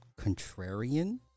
contrarian